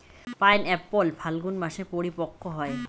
pineapple ফাল্গুন মাসে পরিপক্ব হয়